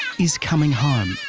is coming home.